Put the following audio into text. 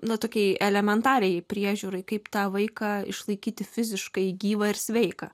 nutukėliai elementariajai priežiūrai kaip tą vaiką išlaikyti fiziškai gyvą ir sveiką